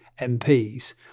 MPs